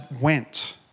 went